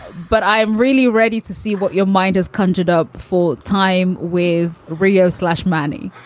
but i am really ready to see what your mind is conjured up for. time with rio slash money